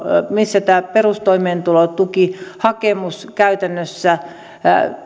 missä tämä perustoimeentulotukihakemus käytännössä